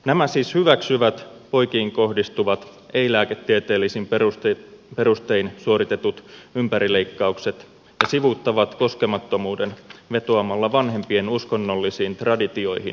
nämä siis hyväksyvät poikiin kohdistuvat ei lääketieteellisin perustein suoritetut ympärileikkaukset ja sivuuttavat koskemattomuuden vetoamalla vanhempien uskonnollisiin traditioihin tai normeihin